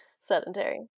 sedentary